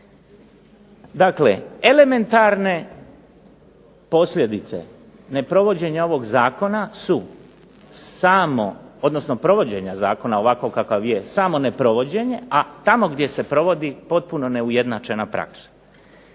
Dakle elementarne posljedice neprovođenja ovog zakona su samo, odnosno provođenja zakona ovakvog kakav je samo neprovođenje, a tamo gdje se provodi potpuno neujednačena praksa.